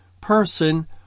person